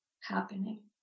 happening